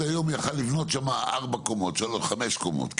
היום היה אפשר לבנות שם 4-5 קומות.